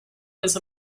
was